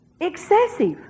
Excessive